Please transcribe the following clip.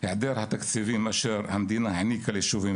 היעדר התקציבים אשר המדינה העניקה לישובים